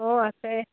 অঁ আছে